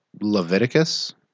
Leviticus